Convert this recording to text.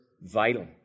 vital